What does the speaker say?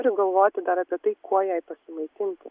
turi galvoti dar apie tai kuo jai pasimaitinti